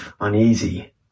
uneasy